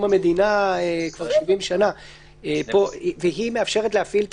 המדינה כבר 70 שנה והוא מאפשר להפעיל תקש"חים,